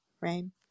rain